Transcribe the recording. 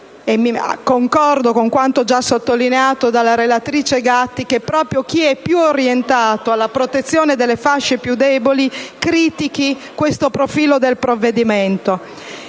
- e concordo con quanto già sottolineato dalla relatrice, senatrice Gatti - che proprio chi è più orientato alla protezione delle fasce più deboli critichi questo profilo del provvedimento.